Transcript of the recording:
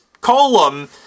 column